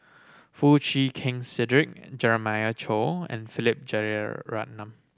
Foo Chee Keng Cedric Jeremiah Choy and Philip Jeyaretnam